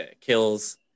kills